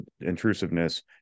intrusiveness